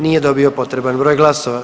Nije dobio potreban broj glasova.